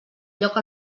lloc